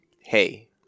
Hey